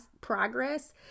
progress